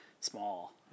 small